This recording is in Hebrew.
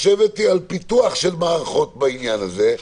לשבת על פיתוח של מערכות בעניין הזה,